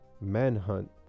manhunt